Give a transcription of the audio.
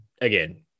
again